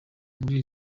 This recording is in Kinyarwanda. muri